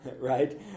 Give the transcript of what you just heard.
Right